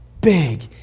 big